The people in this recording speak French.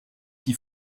qui